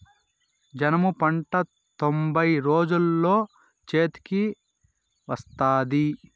జనుము పంట తొంభై రోజుల్లో చేతికి వత్తాది